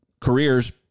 careers